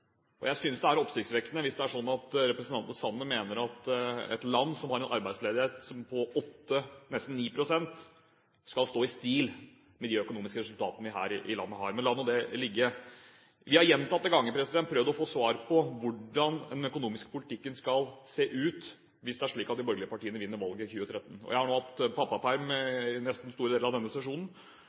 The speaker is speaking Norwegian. Jeg synes det er oppsiktsvekkende hvis det er slik at representanten Sanner mener at et land som har en arbeidsledighet på 8 pst. – nesten 9 pst. – skal stå i stil med de økonomiske resultatene vi har her i landet. Men la nå det ligge. Vi har gjentatte ganger prøvd å få svar på hvordan den økonomiske politikken skal se ut hvis det er slik at de borgerlige partiene vinner valget i 2013. Jeg har nå hatt pappaperm store deler av denne sesjonen